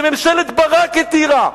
שממשלת ברק התירה.